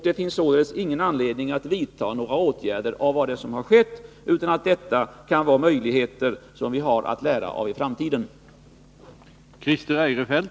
Det finns således ingen orsak att vidta några åtgärder med anledning av det skedda, utan vi kan lära av detta för framtiden i stället.